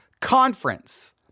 Conference